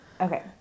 Okay